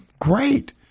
great